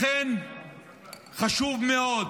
לכן חשוב מאוד